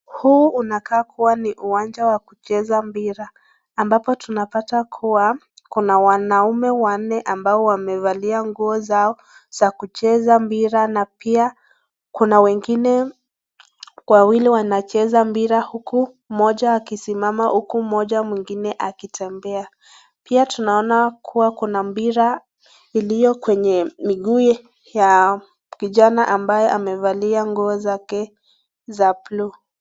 Huu unakaa kuwa ni uwanja wa kucheza mpira ambapo tunapata kuwa kuna wanaume wanne ambao wamevalia nguo zao za kucheza mpira na pia kuna wengine wawili wanacheza mpira huku mmoja akisimama huku mmoja akitembea pia tunaona pia kuna mpira iliyokwenye miguu ya vijana ambaye amevalia nguo zake za buluu.